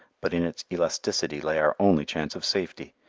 but in its elasticity lay our only chance of safety.